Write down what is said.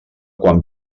quan